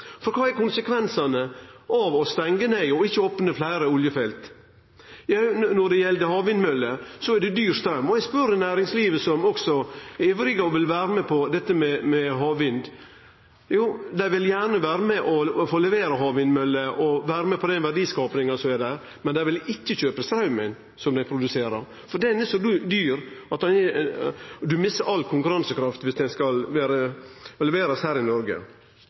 For kva er konsekvensane av å stengje ned og ikkje opne fleire oljefelt? Jo, når det gjeld havvindmøller, er det dyr straum. Når eg spør næringslivet, som også er ivrige og vil vere med på dette med havvind, vil dei gjerne vere med og få levere havvindmøller og vere med på den verdiskapinga som er der, men dei vil ikkje kjøpe straumen som havvindmøllene produserer, for han er så dyr at ein misser all konkurransekraft viss han skal leverast her i Noreg.